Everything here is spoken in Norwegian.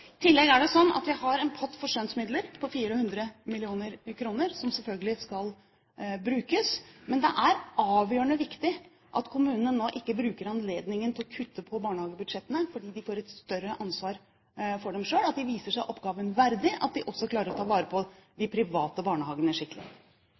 I tillegg har vi en pott for skjønnsmidler, på 400 mill. kr, som selvfølgelig skal brukes. Men det er avgjørende viktig at kommunene nå ikke benytter anledningen til å kutte i barnehagebudsjettene fordi de selv får et større ansvar for dem, at de viser seg oppgaven verdig, slik at de også klarer å ta skikkelig vare på